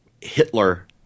Hitler